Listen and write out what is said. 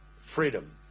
freedom